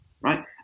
right